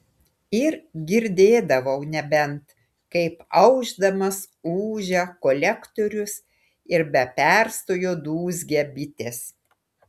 ir girdėdavau nebent kaip aušdamas ūžia kolektorius ir be perstojo dūzgia bitės